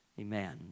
Amen